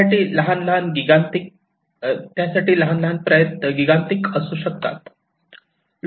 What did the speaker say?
त्यासाठी लहान लहान प्रयत्न गिगान्तिक असू शकतात